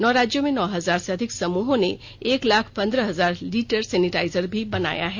नौ राज्यों में नौ हजार से अधिक समूहों ने एक लाख पंद्रह हजार लीटर सेनिटाइजर भी बनाया है